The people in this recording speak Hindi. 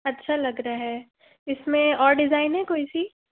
अच्छा लग रहा है इसमें और डिज़ाइन है कोई सी